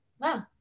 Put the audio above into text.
Wow